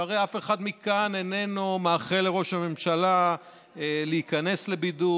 שהרי אף אחד מכאן אינו מאחל לראש הממשלה להיכנס לבידוד,